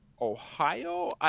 Ohio